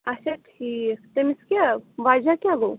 اچھا ٹھیٖک تٔمِس کیٛاہ وجہ کیٛاہ گوٚو